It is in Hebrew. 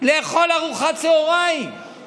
לאכול ארוחת צוהריים,